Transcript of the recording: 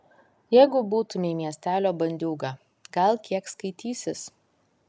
jeigu būtumei miestelio bandiūga gal kiek skaitysis